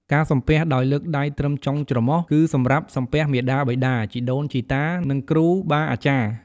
ការសំពះដោយលើកដៃត្រឹមចុងច្រមុះ គឺសម្រាប់សំពះមាតាបិតា ជីដូន ជីតា និងគ្រូបាអាចារ្យ។